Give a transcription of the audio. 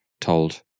told